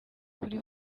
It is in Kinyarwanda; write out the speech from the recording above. kuri